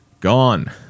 Gone